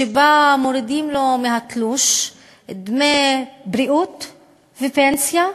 שלפיו מורידים לו מהמשכורת דמי בריאות ופנסיה,